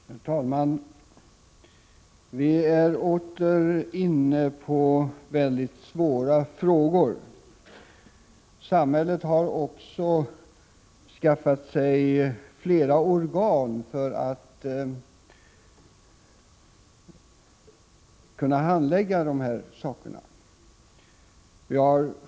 Herr talman! Vi är nu åter inne på väldigt svåra frågor. Samhället har flera organ för att handlägga dessa frågor.